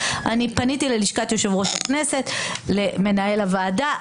פניתי ללשכת יושב-ראש הכנסת ולמנהל הוועדה.